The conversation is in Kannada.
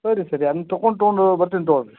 ಸರಿ ಸರಿ ಅದ್ನ ತೊಗೊಂಡ್ ತೊಗೊಂಡು ಬರ್ತೀನಿ ತಗೋಳ್ಳಿರಿ